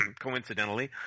coincidentally